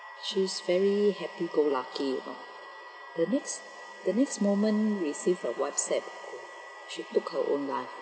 she's very happy go lucky you know the next the next moment receive a whatsapp she took her own life